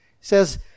says